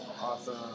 Awesome